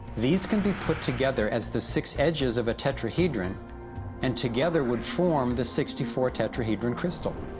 these can be put together as the six edges of a tetrahedron and together would form the sixty four tetrahedran crystal.